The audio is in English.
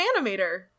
animator